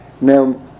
Now